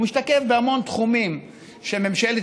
הוא משתקף בהמון תחומים שבהם ממשלת